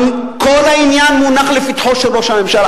כל העניין מונח לפתחו של ראש הממשלה,